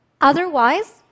Otherwise